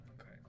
Okay